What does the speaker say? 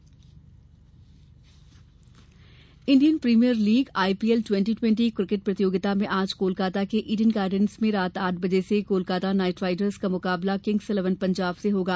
IPL Indian premier league IPL twenty twenty cricket प्रतियोगिता में आज कोलकाता के ईडन गार्डन्स में रात आठ बजे से कोलकाता नाइट राईडर्स का मुकाबला किंग्स इलेवन पंजाब से होगा